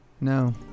No